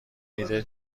ایده